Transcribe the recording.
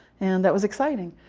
and that was exciting.